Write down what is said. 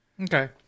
Okay